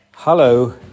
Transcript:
Hello